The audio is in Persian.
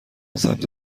سمت